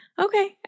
Okay